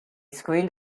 screened